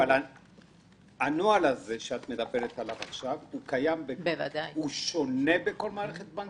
האם הנוהל הזה שאת מדברת עליו עכשיו שונה בין בנק לבנק?